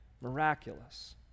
miraculous